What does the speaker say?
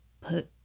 put